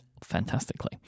Fantastically